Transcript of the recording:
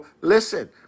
Listen